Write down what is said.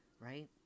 right